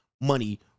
money